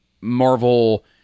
Marvel